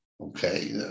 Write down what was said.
Okay